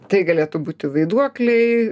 tai galėtų būti vaiduokliai